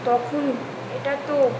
তখন এটা তো